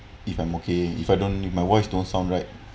if I'm okay if I don't my voice don't sound right